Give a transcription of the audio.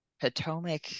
Potomac